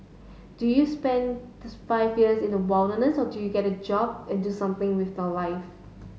do you spend five years in the wilderness or do you get a job and do something with your life